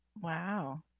wow